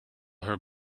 her